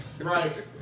Right